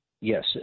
Yes